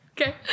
Okay